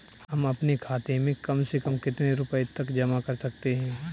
हम अपने खाते में कम से कम कितने रुपये तक जमा कर सकते हैं?